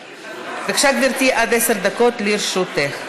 בבקשה, גברתי, עד עשר דקות לרשותך.